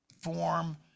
form